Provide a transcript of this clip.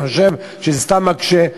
אני חושב שזה סתם מקשה.